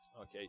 Okay